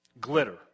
glitter